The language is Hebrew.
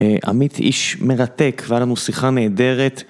אה, עמית איש מרתק והיה לנו שיחה נהדרת...